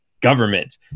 government